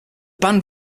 band